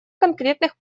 конкретных